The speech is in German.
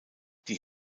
die